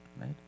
right